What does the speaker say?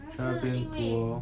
在那边读 lor